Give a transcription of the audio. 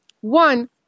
One